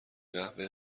قهوه